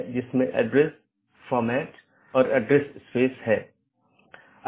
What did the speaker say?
इसलिए उद्देश्य यह है कि इस प्रकार के पारगमन ट्रैफिक को कम से कम किया जा सके